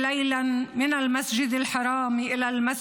הערבית, להלן תרגומם:).